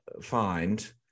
find